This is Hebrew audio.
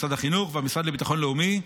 משרד החינוך והמשרד לביטחון לאומי,